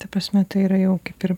ta prasme tai yra jau kaip ir